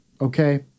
Okay